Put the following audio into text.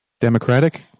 democratic